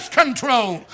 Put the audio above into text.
control